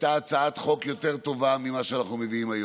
הייתה הצעת חוק יותר טובה ממה שאנחנו מביאים היום.